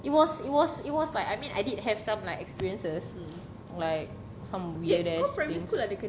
it was it was it was like I mean I did have some like experiences like some weird ass